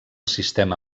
sistema